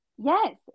Yes